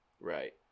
Right